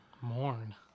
Mourn